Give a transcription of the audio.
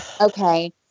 Okay